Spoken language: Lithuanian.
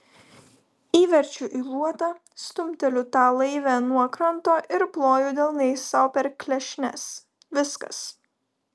įverčiu į luotą stumteliu tą laivę nuo kranto ir ploju delnais sau per klešnes viskas